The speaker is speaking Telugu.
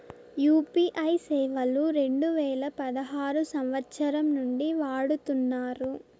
యూ.పీ.ఐ సేవలు రెండు వేల పదహారు సంవచ్చరం నుండి వాడుతున్నారు